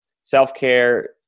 self-care